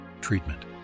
Treatment